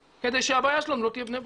כדי שהבעיה שלנו לא תהיה בני ברק.